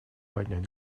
поднять